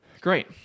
Great